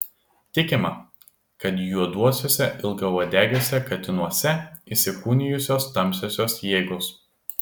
tikima kad juoduosiuose ilgauodegiuose katinuose įsikūnijusios tamsiosios jėgos